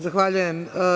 Zahvaljujem.